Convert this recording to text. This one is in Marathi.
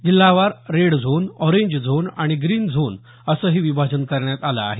जिल्हावार रेड झोन अरेंज झोन आणि ग्रीन झोन असं हे विभाजन करण्यात आलं आहे